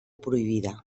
prohibida